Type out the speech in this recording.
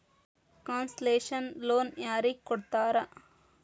Concessional loan ಯಾರಿಗ್ ಕೊಡ್ತಾರ?